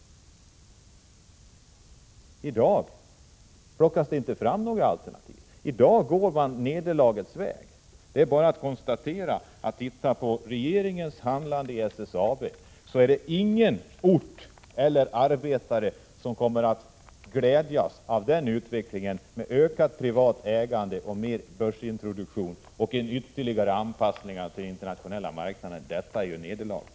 I dag plockas det inte fram några alternativ. Man går i dag nederlagets väg. Det är bara att konstatera detta. Ser man på regeringens handlande när det gäller SSAB finner man att det inte är någon ort eller någon arbetare som kommer att kunna glädjas över utvecklingen, med ökat privat ägande och med börsintroduktion samt med en ytterligare anpassning till den internationella marknaden. Detta är ju nederlaget.